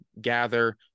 gather